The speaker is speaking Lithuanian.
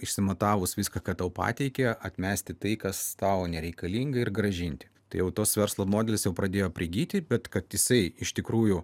išsimatavus viską ką tau pateikė atmesti tai kas tau nereikalinga ir grąžinti tai jau toks verslo modelis jau pradėjo prigyti bet kad jisai iš tikrųjų